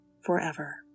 forever